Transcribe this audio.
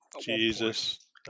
Jesus